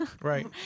Right